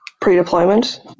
pre-deployment